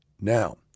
Now